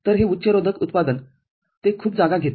तर हे उच्च रोधक उत्पादन ते खूप जागा घेते